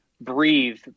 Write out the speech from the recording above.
Breathe